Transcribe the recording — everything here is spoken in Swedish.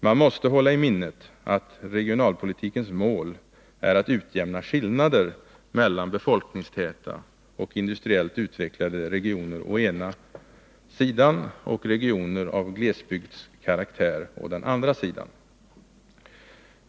Man måste hålla i minnet att regionalpolitikens mål är att utjämna skillnader mellan befolkningstäta och industriellt utvecklade regioner å ena sidan och regioner av glesbygdskaraktär å andra sidan.